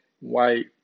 white